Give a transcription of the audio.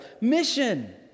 mission